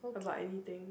about anything